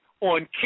on